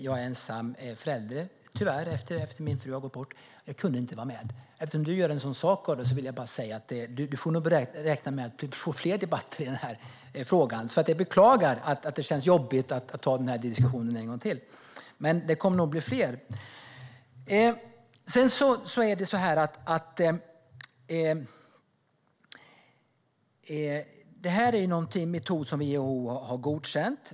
Jag är tyvärr ensam förälder efter att min fru har gått bort. Jag kunde inte vara med. Men eftersom du gör en sådan sak av det, Karolina Skog, vill jag bara säga att du nog får räkna med fler debatter i frågan. Jag beklagar att det känns jobbigt att ta den här diskussionen en gång till. Men det kommer nog att bli fler. Det här gäller en metod som WHO har godkänt.